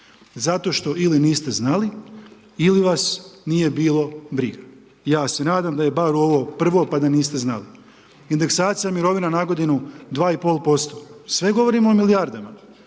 Zato što ili niste znali, ili vas nije bilo briga. Ja se nadam da je bar ovo prvo pa da niste znali. Indeksacija mirovina na godinu 2,5% sve govorimo o milijardama.